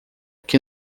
que